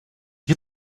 you